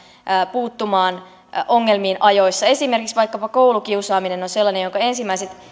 puuttumaan ongelmiin ajoissa esimerkiksi vaikkapa koulukiusaaminen on sellainen jonka ensimmäiset